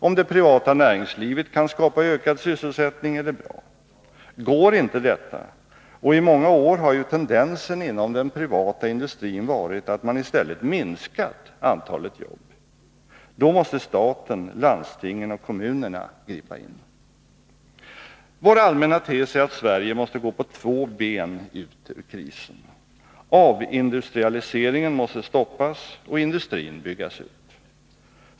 Om det privata näringslivet kan skapa ökad sysselsättning är det bra. Går inte detta — och i många år har ju tendensen inom den privata industrin varit att man i stället minskat antalet jobb — måste staten, landstingen och kommunerna gripa in. Vår allmänna tes är att Sverige måste gå på två ben ut ur krisen. Avindustrialiseringen måste stoppas och industrin byggas ut.